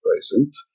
present